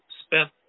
spent